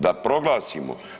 Da proglasimo.